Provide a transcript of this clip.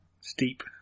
Steep